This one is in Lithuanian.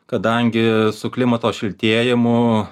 kadangi su klimato šiltėjimu